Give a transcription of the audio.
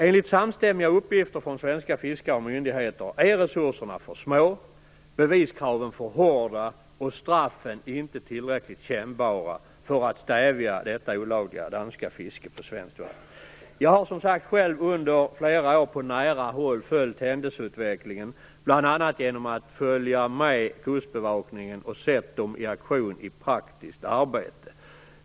Enligt samstämmiga uppgifter från svenska fiskare och myndigheter är resurserna för små, beviskraven för hårda och straffen inte tillräckligt kännbara för att stävja detta olagliga danska fiske på svenskt vatten. Jag har som sagt själv under flera år på nära håll följt händelseutvecklingen, bl.a. genom att följa med kustbevakningen och se dem i aktion i det praktiska arbetet.